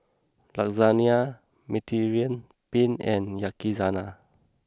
Lasagna Mediterranean Penne and Yakizakana